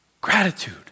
gratitude